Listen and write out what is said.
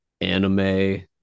Anime